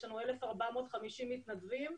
יש לנו 1,450 מתנדבים,